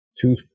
two